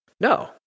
No